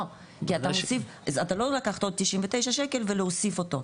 לא כי אתה לא לקחת עוד 99 ₪ והוספת אותו.